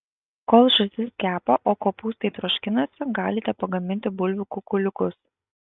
kol žąsis kepa o kopūstai troškinasi galite pagaminti bulvių kukuliukus